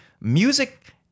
music